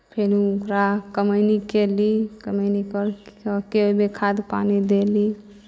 फेन ओकरा कमैनी कयली कमैनी करि कऽ सभकेँ ओहिमे खाद पानि देली